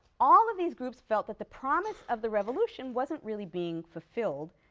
all of these groups felt that the promise of the revolution wasn't really being fulfilled,